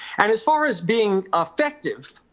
and as far as being affective,